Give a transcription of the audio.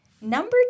Number